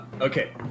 Okay